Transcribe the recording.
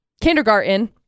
kindergarten